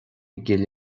gcill